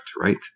right